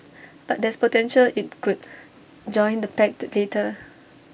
but there's potential IT could join the pact later